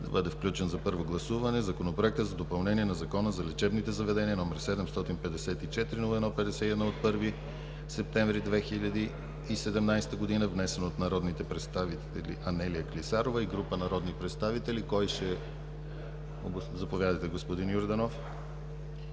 да бъде включен за първо гласуване Законопроект за допълнение на Закона за лечебните заведения, № 754-01-51, от 1 септември 2017 г., внесен от народния представител Анелия Клисарова и група народни представители.“ Заповядайте, господин Йорданов.